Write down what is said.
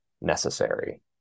necessary